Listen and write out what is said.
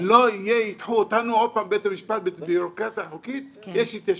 לא יידחו אותנו עוד פעם מבית המשפט בבירוקרטיה חוקית שיש התיישנות.